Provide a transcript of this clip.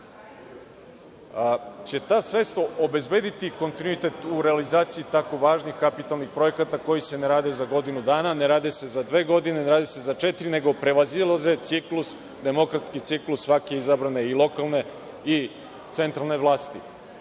će ta sredstva obezbediti kontinuitet u realizaciji tako važnih kapitalnih projekata koji se ne rade za godinu dana, ne rade se za dve godine, ne rade se za četiri, nego prevazilaze ciklus, demokratski ciklus svake izabrane i lokalne i centralne vlasti. Na